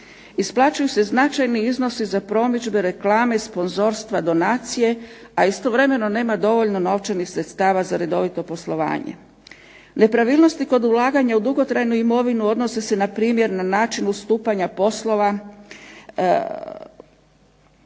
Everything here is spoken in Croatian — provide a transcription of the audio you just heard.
Isplaćuju se značajni iznosi za promidžbe, reklame, sponzorstva, donacije, a istovremeno nema dovoljno novčanih sredstava za redovito poslovanje. Nepravilnosti kod ulaganja u dugotrajnu imovinu odnose se npr. na način ustupanja poslova pod